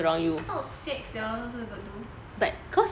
I thought the also you got do